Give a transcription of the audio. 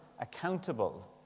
accountable